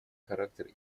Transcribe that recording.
характер